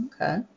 okay